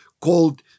called